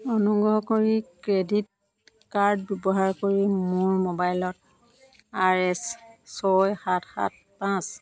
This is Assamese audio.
অনুগ্ৰহ কৰি ক্ৰেডিট কাৰ্ড ব্যৱহাৰ কৰি মোৰ মোবাইলত আৰ এছ ছয় সাত সাত পাঁচ